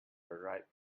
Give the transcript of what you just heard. ripe